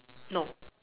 no